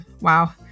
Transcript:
Wow